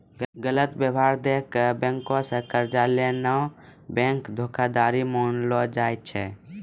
गलत ब्योरा दै के बैंको से कर्जा लेनाय बैंक धोखाधड़ी मानलो जाय छै